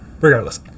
regardless